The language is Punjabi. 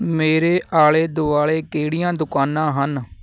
ਮੇਰੇ ਆਲੇ ਦੁਆਲੇ ਕਿਹੜੀਆਂ ਦੁਕਾਨਾਂ ਹਨ